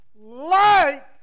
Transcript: Light